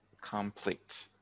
Complete